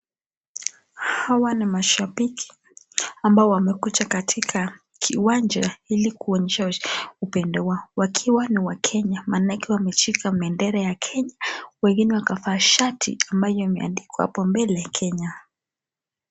Hawa ni mashabiki ambao wamekuja katika kiwanja ili kuonyesha upendo wao wakiwa ni Wakenya maana wameshika bendera ya Kenya, wengine wakavaa ambayo imeandikwa hapo mbele Kenya.